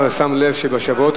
חסר עוד הרבה בוררים.